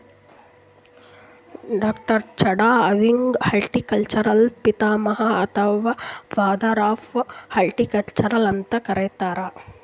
ಡಾ.ಚಢಾ ಅವ್ರಿಗ್ ಹಾರ್ಟಿಕಲ್ಚರ್ದು ಪಿತಾಮಹ ಅಥವಾ ಫಾದರ್ ಆಫ್ ಹಾರ್ಟಿಕಲ್ಚರ್ ಅಂತ್ ಕರಿತಾರ್